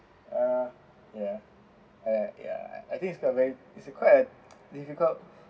uh ya alright ya I think it's very it's a quite a difficult